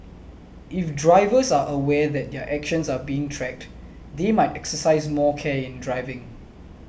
if drivers are aware that their actions are being tracked they might exercise more care in driving